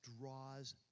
draws